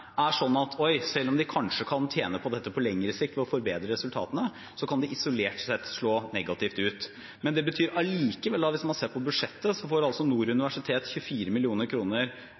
er sånn at selv om de kanskje kan tjene på dette på lengre sikt ved å forbedre resultatene, kan det isolert sett slå negativt ut. Det betyr allikevel at hvis man ser på budsjettet, får Nord universitet 24